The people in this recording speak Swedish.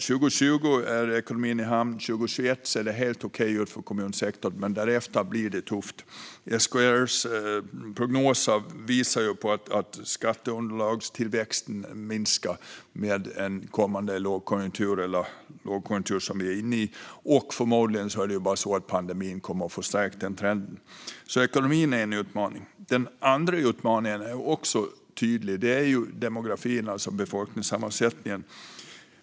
Ekonomin är i hamn 2020, och 2021 ser det helt okej ut för kommunsektorn. Men därefter blir det tufft. SKR:s prognoser visar att skatteunderlagstillväxten minskar i och med den lågkonjunktur vi är inne i. Pandemin kommer förmodligen att förstärka den trenden. Så ekonomin är en utmaning. Den andra utmaningen är också tydlig; det är demografin, alltså befolkningssammansättningen.